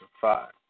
five